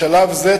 בשלב זה,